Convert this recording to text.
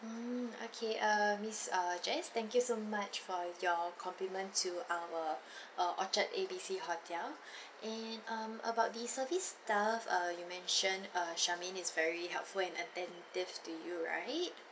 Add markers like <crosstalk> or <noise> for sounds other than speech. mm okay err miss err jess thank you so much for your compliment to our <breath> uh orchard A_B_C hotel <breath> and um about the service stuff uh you mention uh charmaine is very helpful and attentive to you right